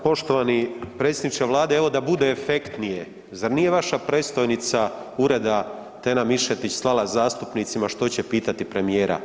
Poštovani predsjednice Vlade, evo da bude efektnije, zar nije vaša predstojnica ureda Tena Mišetić slala zastupnicima što će pitati premijera?